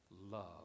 love